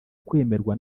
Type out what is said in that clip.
kwemerwa